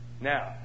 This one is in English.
Now